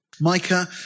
Micah